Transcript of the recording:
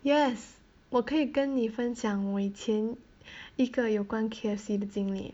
yes 我可以跟你分享我以前一个有关 K_F_C 的经历